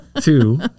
two